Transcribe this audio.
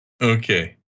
Okay